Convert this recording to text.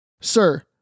sir